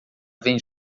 vem